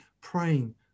praying